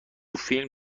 فیلم